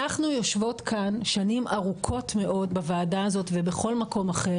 אז אנחנו יושבות כאן שנים ארוכות מאוד בוועדה הזאת ובכל מקום אחר,